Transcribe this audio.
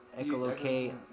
echolocate